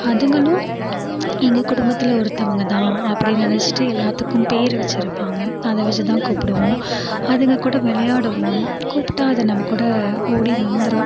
அதுங்களும் எங்கள் குடும்பத்தில் ஒருத்தவங்க தான் அப்படி நினச்சிட்டு எல்லாத்துக்கும் பேர் வச்சிருப்பாங்க அதை வச்சி தான் கூப்பிடுவோம் அதுங்க கூட விளையாடுவோம் கூப்பிட்டா அது நம்ம கூட ஓடி வந்துடும்